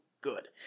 good